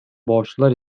borçlular